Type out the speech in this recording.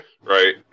Right